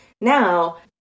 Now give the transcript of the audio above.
Now